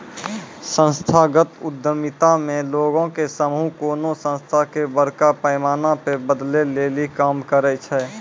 संस्थागत उद्यमिता मे लोगो के समूह कोनो संस्था के बड़का पैमाना पे बदलै लेली काम करै छै